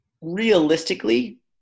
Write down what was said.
realistically